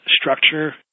structure